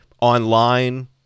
online